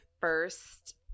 first